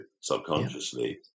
subconsciously